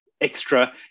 extra